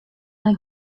nei